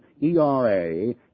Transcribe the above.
ERA